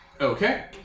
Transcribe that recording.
Okay